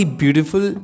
beautiful